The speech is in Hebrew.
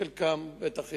חלקם בטח יגיעו,